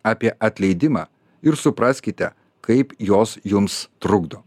apie atleidimą ir supraskite kaip jos jums trukdo